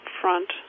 front